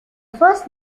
first